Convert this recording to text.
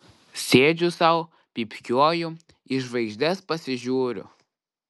sėdžiu sau pypkiuoju į žvaigždes pasižiūriu